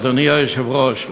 אדוני היושב-ראש,